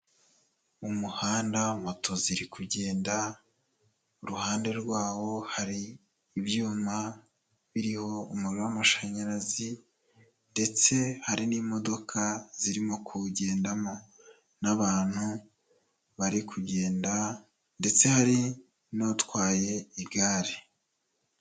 Umuhanda moto ziri kugenda, uruhande rwawo hari ibyuma biriho umuriro w'amashanyarazi ndetse hari n'imodoka zirimo kuwugendamo n'abantu bari kugenda ndetse hari n'utwaye igare.